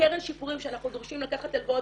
הקרן שיפורים שאנחנו דורשים לקחת הלוואות